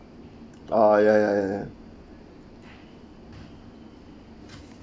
oh ya ya ya